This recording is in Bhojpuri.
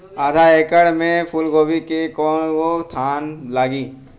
आधा एकड़ में फूलगोभी के कव गो थान लागी?